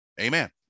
Amen